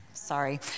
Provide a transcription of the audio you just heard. Sorry